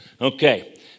Okay